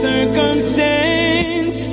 Circumstance